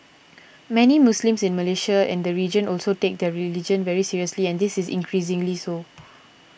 many Muslims in Malaysia and the region also take their religion very seriously and this is increasingly so